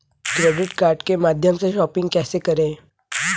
Credit card के माध्यम से शॉपिंग कैसे करें?